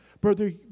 Brother